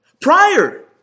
Prior